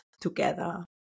together